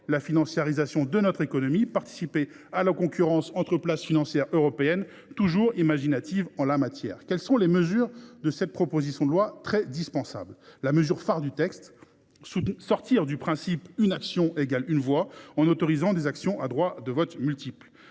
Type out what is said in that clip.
la financiarisation de notre économie et de participer à la concurrence entre places financières européennes, toujours imaginatives en la matière. Quelles sont les mesures de cette proposition de loi très dispensable ? La disposition phare du texte est de sortir du principe « une action, une voix », en autorisant les actions à droits de vote multiples.